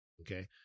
Okay